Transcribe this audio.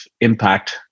impact